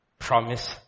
promise